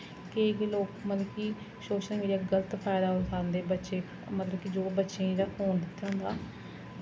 केईं केईं लोक मतलब कि सोशल मीडिय गल्त फैदा उठांदे बच्चे मतलब कि जो बच्चें गी फोन दित्ते दा होंदा